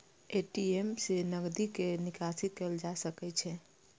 ATM सं नकदी के निकासी कैल जा सकै छै